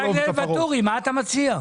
מה אתה מציע?